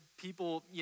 people